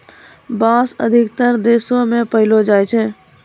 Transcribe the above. बांस अधिकतर देशो म पयलो जाय छै